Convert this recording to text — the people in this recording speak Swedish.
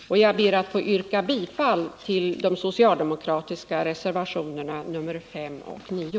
Jag ber att få yrka bifall till de socialdemokratiska reservationerna nr 5 och 9;